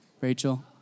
Rachel